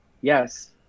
yes